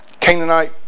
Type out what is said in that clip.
Canaanite